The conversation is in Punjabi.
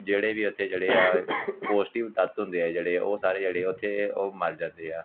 ਜਿਹੜੇ ਵੀ ਉੱਥੇ ਜਿਹੜੇ ਆ ਪੌਸ਼ਟਿਕ ਤੱਤ ਹੁੰਦੇ ਆ ਜਿਹੜੇ ਉਹ ਸਾਰੇ ਜਿਹੜੇ ਉੱਥੇ ਉਹ ਮਰ ਜਾਂਦੇ ਆ